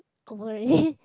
over already